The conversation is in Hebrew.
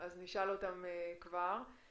נשאל אותם כבר,